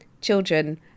Children